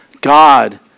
God